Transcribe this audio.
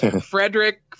Frederick